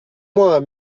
moi